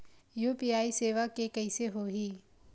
UPI सेवा के कइसे होही?